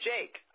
Jake